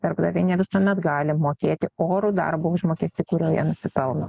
darbdaviai ne visuomet gali mokėti orų darbo užmokestį kurio jie nusipelno